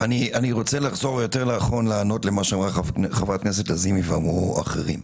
אני רוצה לענות על מה שאמרה חברת הכנסת לזימי ושאמרו אחרים.